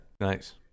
nice